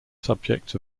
subjects